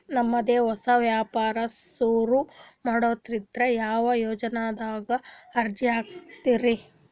ನಮ್ ದೆ ಹೊಸಾ ವ್ಯಾಪಾರ ಸುರು ಮಾಡದೈತ್ರಿ, ಯಾ ಯೊಜನಾದಾಗ ಅರ್ಜಿ ಹಾಕ್ಲಿ ರಿ?